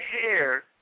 hair